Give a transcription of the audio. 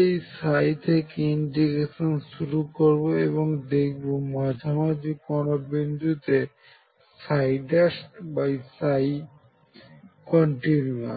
এই থেকে ইন্ট্রিগেশন শুরু করব এবং দেখব মাঝামাঝি কোন বিন্দুতে কন্টিনিউয়াস